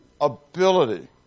ability